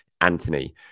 Anthony